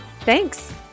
Thanks